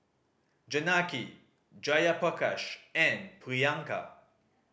Janaki Jayaprakash and Priyanka